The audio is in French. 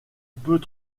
peut